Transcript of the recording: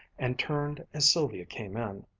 and turned as sylvia came in.